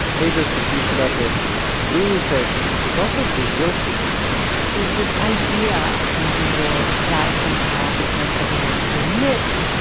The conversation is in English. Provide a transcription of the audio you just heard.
pedro's confusion about this lulu says it's also brazil's confusion there's this idea in brazil that somehow because everyone is so mixed,